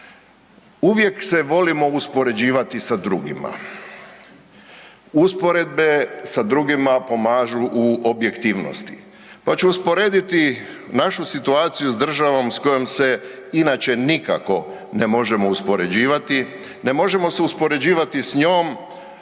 Uvijek se volimo uspoređivati sa drugima. Usporedbe sa drugima pomažu u objektivnosti, pa ću usporediti našu situaciju s državom s kojom se inače nikako ne možemo uspoređivati, ne možemo se uspoređivati s njom